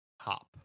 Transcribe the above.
hop